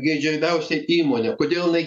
geidžiamiausia įmonė kodėl jinai